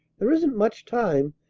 there isn't much time,